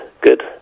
good